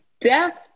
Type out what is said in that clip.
death –